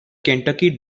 kentucky